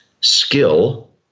skill